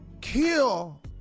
Kill